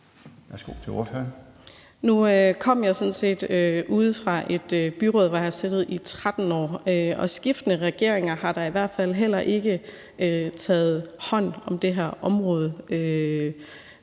Nu kom jeg sådan set ude fra et byråd, hvor jeg har siddet i 13 år, og skiftende regeringer har da i hvert fald heller ikke taget hånd om det her område.